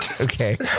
Okay